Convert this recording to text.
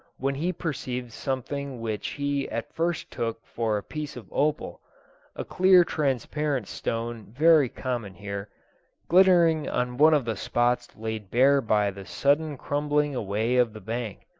when he perceived something which he at first took for a piece of opal a clear transparent stone very common here glittering on one of the spots laid bare by the sudden crumbling away of the bank.